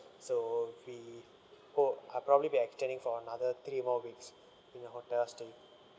so we hope I probably be extending for another three more weeks in the hotel stay